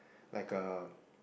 like a